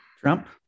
Trump